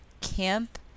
Camp